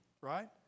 Right